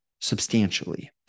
substantially